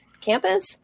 campus